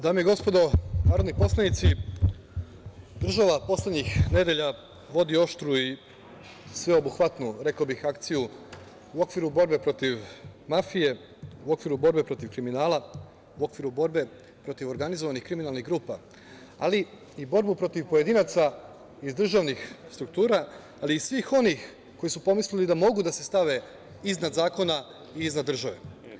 Dame i gospodo narodni poslanici, država poslednjih nedelja vodi oštru i sveobuhvatnu, rekao bih, akciju u okviru borbe protiv mafije, u okviru borbe protiv kriminala, u okviru borbe protiv organizovanih kriminalnih grupa, ali i borbu protiv pojedinaca iz državnih struktura, ali i svih onih koji su pomislili da mogu da se stave iznad zakona i iznad države.